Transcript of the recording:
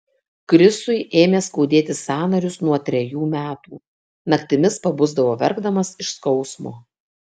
krisui ėmė skaudėti sąnarius nuo trejų metų naktimis pabusdavo verkdamas iš skausmo